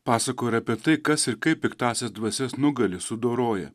pasakoja ir apie tai kas ir kaip piktąsias dvasias nugali sudoroja